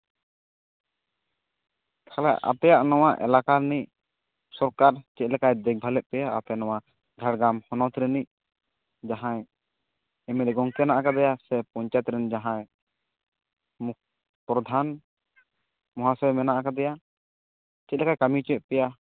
ᱟᱥᱚᱞᱨᱮ ᱟᱯᱮᱭᱟᱜ ᱱᱚᱣᱟ ᱮᱞᱟᱠᱟ ᱨᱤᱱᱤᱡ ᱥᱚᱨᱠᱟᱨ ᱪᱮᱫᱞᱮᱠᱟᱭ ᱫᱮᱠᱷᱵᱷᱟᱞᱮᱫ ᱯᱮᱭᱟ ᱟᱯᱮ ᱱᱚᱣᱟ ᱡᱷᱟᱲᱜᱨᱟᱢ ᱦᱚᱱᱚᱛ ᱨᱤᱱᱤᱡ ᱡᱟᱦᱟᱸᱭᱭ ᱮᱢ ᱮᱞ ᱮ ᱜᱚᱝᱠᱮ ᱦᱮᱱᱟᱜ ᱟᱠᱟᱫᱮᱭᱟ ᱥᱮ ᱯᱚᱧᱪᱟᱭᱮᱛ ᱨᱮᱱ ᱡᱟᱦᱟᱸᱭ ᱯᱚᱨᱫᱷᱟᱱ ᱢᱚᱦᱟᱥᱚᱭ ᱢᱮᱱᱟᱜ ᱟᱠᱟᱫᱮᱭᱟ ᱪᱮᱫᱞᱮᱠᱟᱭ ᱠᱟᱹᱢᱤ ᱦᱚᱪᱚᱭᱮᱫ ᱯᱮᱭᱟ